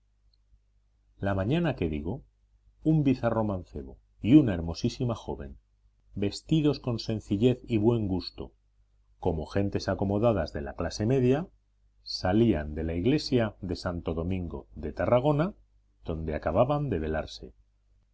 la mañana que digo un bizarro mancebo y una hermosísima joven vestidos con sencillez y buen gusto como gentes acomodadas de la clase media salían de la iglesia de santo domingo de tarragona donde acababan de velarse